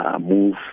move